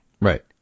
Right